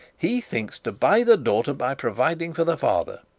he thinks to buy the daughter by providing for the father.